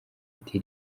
ati